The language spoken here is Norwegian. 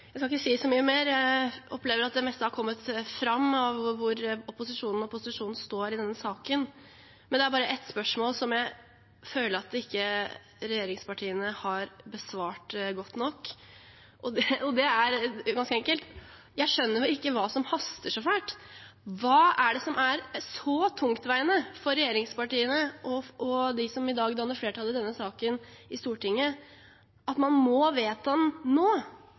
Jeg skal ikke si så mye mer, jeg opplever at det meste har kommet fram med hensyn til hvor opposisjonen og posisjonen står i denne saken. Det er bare ett spørsmål jeg føler at regjeringspartiene ikke har besvart godt nok, og det er ganske enkelt: Jeg skjønner ikke hva som haster så fælt. Hva er det som er så tungtveiende for regjeringspartiene og de som i dag danner flertall i denne saken i Stortinget, at man må vedta saken nå,